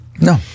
no